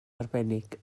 arbennig